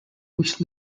which